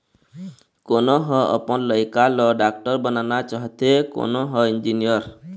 कोनो ह अपन लइका ल डॉक्टर बनाना चाहथे, कोनो ह इंजीनियर